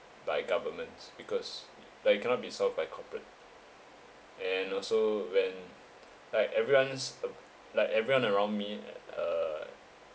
by governments because like it cannot be solved by corporate and also when like everyone's up like everyone around me uh